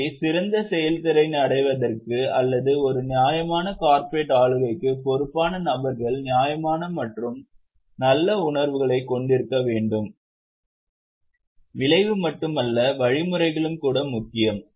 எனவே சிறந்த செயல்திறனை அடைவதற்கு அல்லது ஒரு நியாயமான கார்ப்பரேட் ஆளுகைக்கு பொறுப்பான நபர்கள் நியாயமான மற்றும் நல்ல உணர்வுகளைக் கொண்டிருக்க வேண்டும் விளைவு மட்டுமல்ல வழிமுறைகளும் கூட முக்கியம்